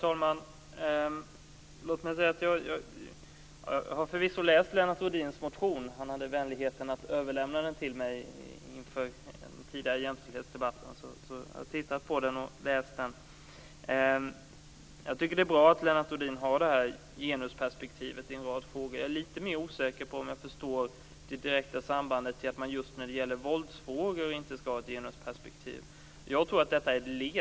Herr talman! Jag har förvisso läst Lennart Rohdins motion - han hade vänligheten att överlämna den till mig inför den tidigare jämställdhetsdebatten. Jag tycker att det är bra att Lennart Rohdin har genusperspektivet i en rad frågor. Jag är litet mer osäker på om jag förstår varför just våldsfrågor inte skall ha ett genusperspektiv.